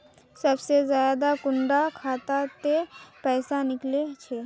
सबसे ज्यादा कुंडा खाता त पैसा निकले छे?